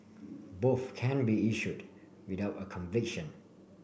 both can be issued without a conviction